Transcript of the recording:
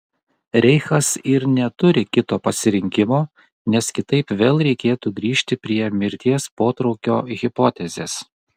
reichas ir neturi kito pasirinkimo nes kitaip vėl reikėtų grįžti prie mirties potraukio hipotezės